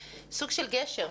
סוג של גשר,